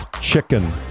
chicken